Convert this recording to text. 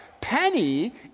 Penny